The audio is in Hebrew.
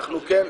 כן,